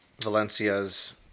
Valencia's